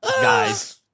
Guys